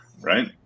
right